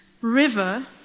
River